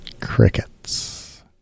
Crickets